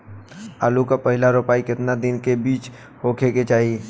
आलू क पहिला रोपाई केतना दिन के बिच में होखे के चाही?